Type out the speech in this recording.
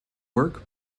work